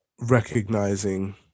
recognizing